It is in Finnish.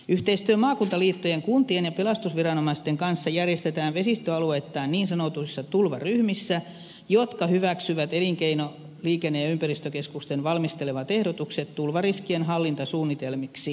yhteistyö maakuntaliittojen kuntien ja pelastusviranomaisten kanssa järjestetään vesistöalueittain niin sanotuissa tulvaryhmissä jotka hyväksyvät elinkeino liikenne ja ympäristökeskusten valmistelevat ehdotukset tulvariskien hallintasuunnitelmiksi